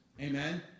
amen